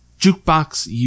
jukebox